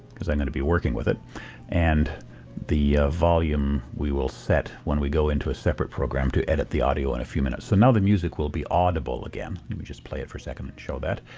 because i'm going to be working with it and the volume we will set when we go into a separate program to edit the audio in a few minutes. so now the music will be audible again. let yeah me just play it for second to show that.